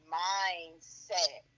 mindset